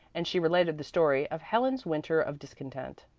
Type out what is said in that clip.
and she related the story of helen's winter of discontent.